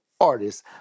artists